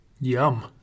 yum